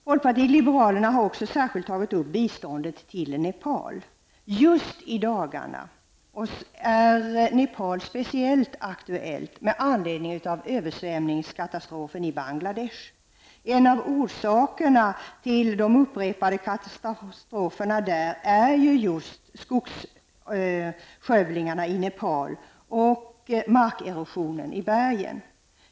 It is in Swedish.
Folkpartiet liberalerna har också särskilt tagit upp biståndet till Nepal. Just i dagarna är Nepal speciellt aktuellt med anledning av översvämningskatastrofen i Bangladesh. En av orsakerna till de upprepade katastroferna där är just skogsskövlingarna i Nepal och markerosionen i bergen.